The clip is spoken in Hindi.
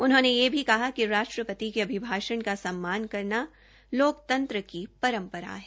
उन्होंने यह भी कहा कि राष्ट्रपति के अभिभाषण का सम्मान करना लोकतंत्र की परम्परा है